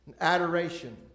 adoration